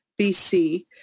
BC